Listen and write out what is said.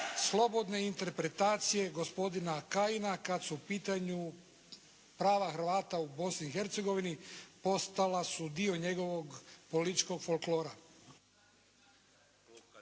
slobodne interpretacije gospodina Kajina kad su u pitanju prava Hrvata u Bosni i Hercegovini postala su dio njegovog političkog folklora.